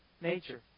nature